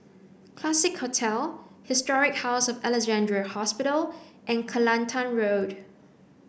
Classique Hotel Historic House of Alexandra Hospital and Kelantan Road